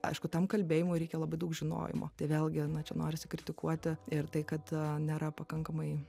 aišku tam kalbėjimui reikia labai daug žinojimo tai vėlgi na čia norisi kritikuoti ir tai kad nėra pakankamai